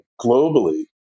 globally